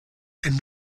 and